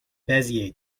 bezier